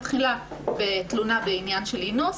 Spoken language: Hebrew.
מתחילה תלונה בעניין של אינוס,